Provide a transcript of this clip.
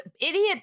idiot